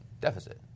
Deficit